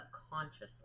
subconsciously